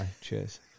cheers